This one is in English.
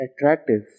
attractive